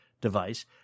device